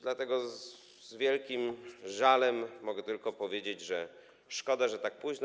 Dlatego z wielkim żalem mogę tylko powiedzieć, że szkoda, że tak późno.